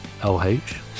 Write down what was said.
LH